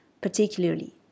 particularly